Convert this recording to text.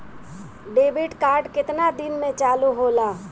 Debit card केतना दिन में चालु होला?